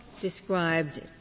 described